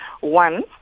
One